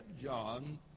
John